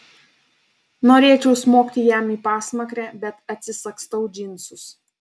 norėčiau smogti jam į pasmakrę bet atsisagstau džinsus